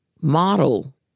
Model